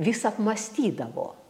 vis apmąstydavo